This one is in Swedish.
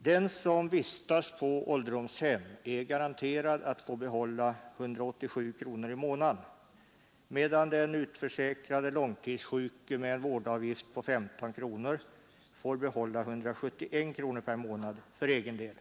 Den som vistas på ålderdomshem är garanterad att få behålla 187 kronor i månaden, medan den utförsäkrade långtidssjuke med en vårdavgift på 15 kronor får behålla 171 kronor per månad för egen del.